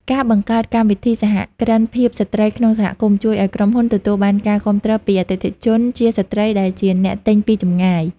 ការបង្កើតកម្មវិធីសហគ្រិនភាពស្ត្រីក្នុងសហគមន៍ ជួយឱ្យក្រុមហ៊ុនទទួលបានការគាំទ្រពីអតិថិជនជាស្ត្រីដែលជាអ្នកទិញពីចម្ងាយ។